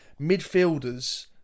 Midfielders